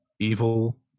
evil